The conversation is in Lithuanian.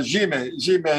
žymiai žymiai